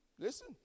Listen